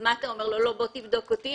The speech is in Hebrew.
אז מה אתה אומר לו: בוא תבדוק אותי,